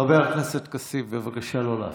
חבר הכנסת כסיף, בבקשה לא להפריע.